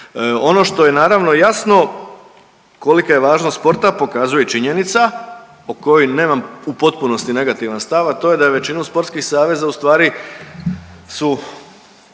Ono što je naravno jasno kolika je važnost sporta pokazuje činjenica o kojoj nemam u potpunosti negativan stav, a to je da je većinu sportskih saveza ustvari su